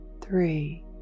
three